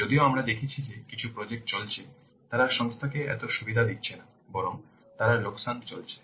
যদিও আমরা দেখেছি যে কিছু প্রজেক্ট চলছে তারা সংস্থাকে এত সুবিধা দিচ্ছে না বরং তারা লোকসানে চলছে